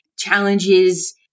Challenges